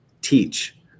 teach